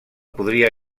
podria